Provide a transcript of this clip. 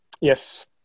Yes